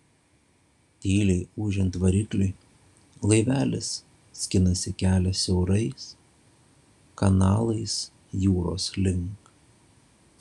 tyliai ūžiant varikliui laivelis skinasi kelią siaurais kanalais jūros link